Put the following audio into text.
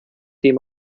dem